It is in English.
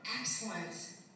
excellence